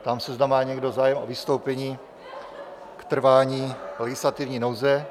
Ptám se, zda má někdo zájem o vystoupení k trvání legislativní nouze.